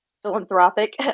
philanthropic